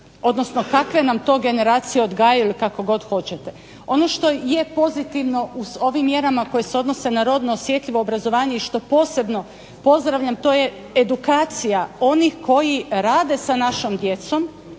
odnosno kakve nam to generacije odgajaju ili kako god hoćete. Ono što je pozitivno s ovim mjerama koje se odnose na rodno osjetljivo obrazovanje i što posebno pozdravljam to je edukacija onih koji rade sa našom djecom,